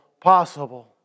possible